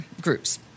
groups